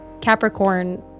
Capricorn